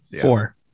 Four